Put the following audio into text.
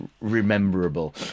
rememberable